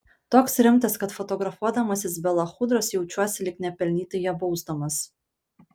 toks rimtas kad fotografuodamasis be lachudros jaučiuosi lyg nepelnytai ją bausdamas